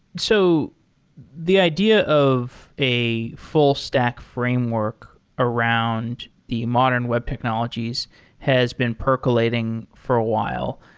so the idea of a full stack framework around the modern web technologies has been percolating for a while.